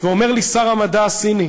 ואומר לי שר המדע הסיני: